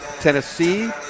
Tennessee